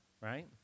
right